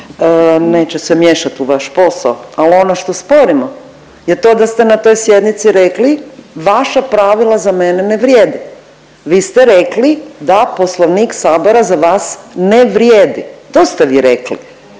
neće se miješati u vaš posao, ali ono što sporimo je to da ste na toj sjednici rekli vaša pravila za mene ne vrijede. Vi ste rekli da Poslovnik sabora za vas ne vrijedi to ste vi rekli